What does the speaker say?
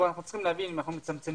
אני מתחבר